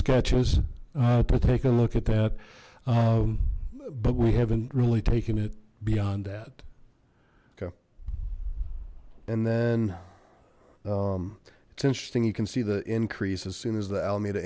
sketches but take a look at that but we haven't really taken it beyond that and then it's interesting you can see the increase as soon as the alameda